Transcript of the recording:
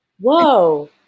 Whoa